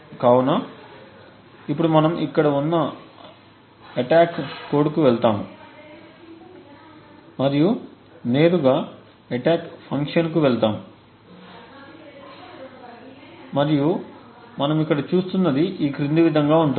కాబట్టి ఇప్పుడు మనము ఇక్కడ ఉన్న అటాక్ కోడ్కు వెళతాము మరియు నేరుగా అటాక్ ఫంక్షన్కు వెళతాము మరియు మనం చూస్తున్నది ఈ క్రింది విధంగా ఉంటుంది